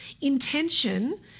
Intention